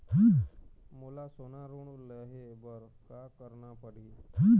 मोला सोना ऋण लहे बर का करना पड़ही?